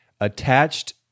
attached